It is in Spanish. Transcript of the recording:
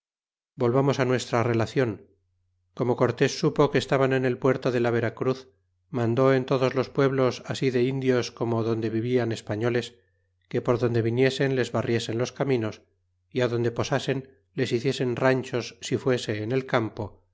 volvamos nuestra relacion como cortés supo que estaban en el puerto de la eera cruz mandó en todos los pueblos ansi de indios como donde vivian españoles que por donde viniesen les barriesen los caminos y adonde posasen les hiciesen ranchos si fuese en el campo